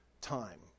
time